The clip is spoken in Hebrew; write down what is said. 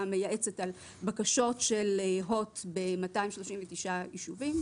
המייעצת על בקשות של הוט ב-239 ישובים,